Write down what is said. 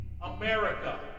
America